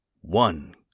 one